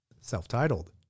self-titled